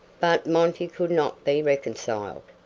but monty could not be reconciled.